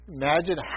Imagine